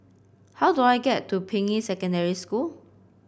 how do I get to Ping Yi Secondary School